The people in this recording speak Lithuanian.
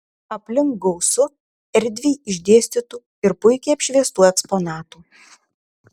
aplink gausu erdviai išdėstytų ir puikiai apšviestų eksponatų